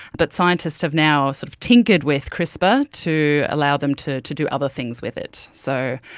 but scientists have now sort of tinkered with crispr to allow them to to do other things with it. so,